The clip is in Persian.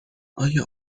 آیا